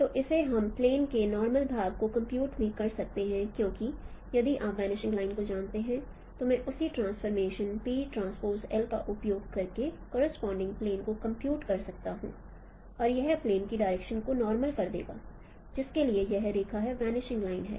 तो इससे हम प्लेन के नॉर्मल भाग को कंप्यूट भी कर सकते हैं क्योंकि यदि आप वनिशिंग लाइन को जानते हैं तो मैं उसी ट्रांसफॉर्मेशन का उपयोग करके करोसपोंडिंग प्लेन को कंप्यूट कर सकता हूँ और यह प्लेन की डायरेक्शन को नॉर्मल कर देगा जिसके लिए यह रेखा है वनिशिंग लाइन है